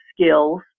skills